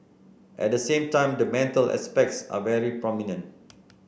at the same time the mental aspects are very prominent